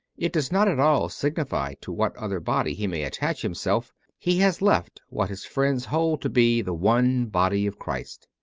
it does not at all signify to what other body he may attach himself he has left what his friends hold to be the one body of christ.